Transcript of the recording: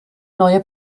neue